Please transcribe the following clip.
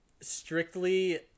strictly